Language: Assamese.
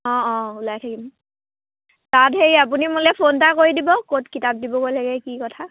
অঁ অঁ ওলাই থাকিম তাত হেৰি আপুনি মোলে ফোন এটা কৰি দিব ক'ত কিতাপ দিবগৈ লাগে কি কথা